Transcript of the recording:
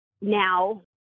now